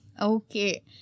Okay